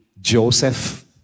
Joseph